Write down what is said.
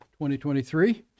2023